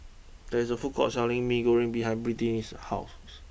there is a food court selling Mee Goreng behind Britni's house